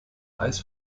eis